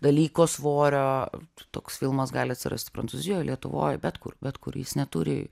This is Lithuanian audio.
dalyko svorio toks filmas gali atsirasti prancūzijoj lietuvoj bet kur bet kur jis neturi